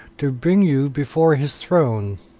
to bring you before his throne.